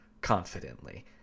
confidently